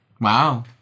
Wow